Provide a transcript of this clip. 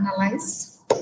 analyze